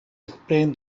explain